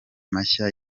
mashya